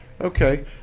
Okay